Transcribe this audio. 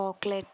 chocolate